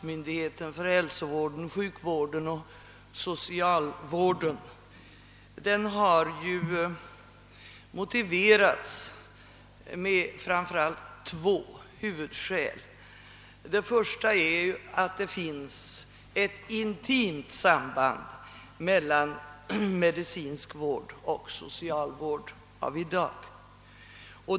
myndighet för hälsovården, sjukvården och socialvården har framför allt två huvudskäl förebragts. Det första är att det finns ett intimt samband mellan medicinsk vård och socialvård av i dag.